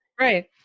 Right